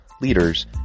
leaders